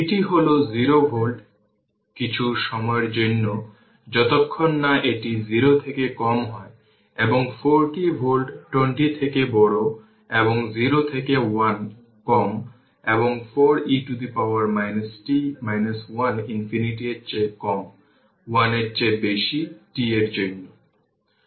vt হল 0 volt কিছু সময়ের জন্য যতক্ষণ না এটি 0 থেকে কম হয় এবং 4 t ভোল্ট 20 থেকে বড় এবং 0 থেকে 1 কম এবং 4 e t 1 ইনফিনিটি এর চেয়ে কম 1 এর চেয়ে বেশি t এর জন্য